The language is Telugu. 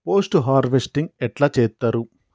పోస్ట్ హార్వెస్టింగ్ ఎట్ల చేత్తరు?